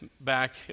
back